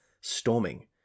storming